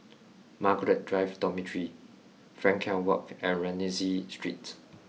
Margaret Drive Dormitory Frankel Walk and Rienzi Street